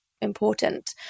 important